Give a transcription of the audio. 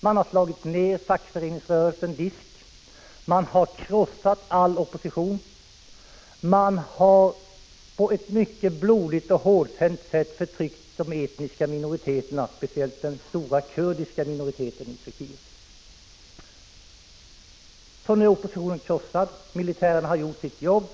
Man har slagit ned fackföreningsrörelsen DISK, krossat all opposition och på ett mycket blodigt och hårdhänt sätt förtryckt de etiska minoriteterna, speciellt den stora kurdiska minoriteten i Turkiet. Nu är oppositionen krossad. Militären har gjort sitt jobb.